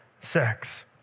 sex